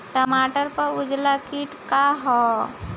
टमाटर पर उजला किट का है?